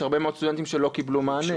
יש הרבה מאוד סטודנטים שלא קיבלו מענה.